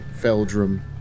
Feldrum